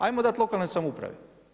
Ajmo dati lokalnoj samoupravi.